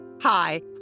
Hi